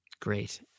Great